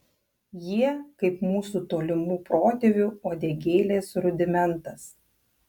jie kaip mūsų tolimų protėvių uodegėlės rudimentas